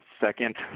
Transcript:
second